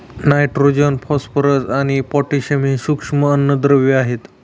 nitrogen, phosphorus आणि potassium हे सूक्ष्म अन्नद्रव्ये आहेत